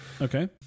Okay